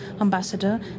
Ambassador